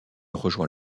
rejoint